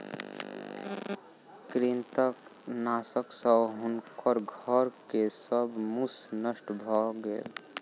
कृंतकनाशक सॅ हुनकर घर के सब मूस नष्ट भ गेल